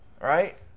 right